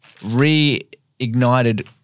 reignited-